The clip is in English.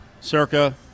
Circa